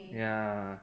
ya